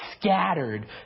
scattered